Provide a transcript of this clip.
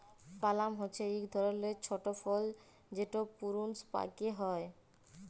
পালাম হছে ইক ধরলের ছট ফল যেট পূরুনস পাক্যে হয়